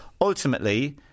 Ultimately